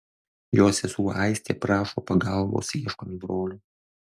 jo sesuo aistė prašo pagalbos ieškant brolio